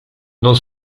non